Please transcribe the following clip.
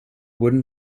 wooden